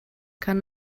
kann